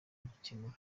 kugikemura